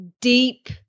deep